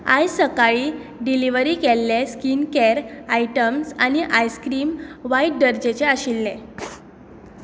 आयज सकाळीं डिलिव्हरी केल्ले स्किनकेयर आयटमस आनी आइसक्रीम वायट दर्जेचे आशिल्ले